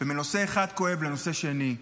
ומנושא כואב אחד לנושא שני.